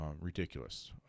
ridiculous